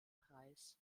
preis